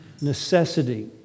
necessity